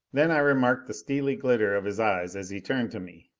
then i remarked the steely glitter of his eyes as he turned to me.